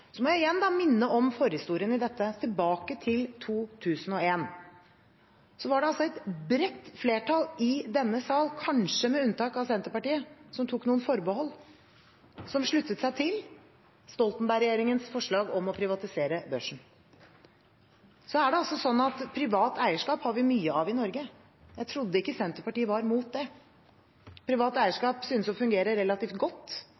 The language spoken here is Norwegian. må igjen minne om forhistorien i dette, tilbake til 2001. Da var det et bredt flertall i denne sal – kanskje med unntak av Senterpartiet, som tok noen forbehold – som sluttet seg til Stoltenberg-regjeringens forslag om å privatisere børsen. Og så er det altså slik at privat eierskap har vi mye av i Norge. Jeg trodde ikke Senterpartiet var mot det. Privat eierskap synes å fungere relativt godt,